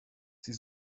sie